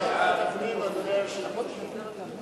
ההצעה להעביר את הצעת חוק